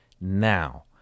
now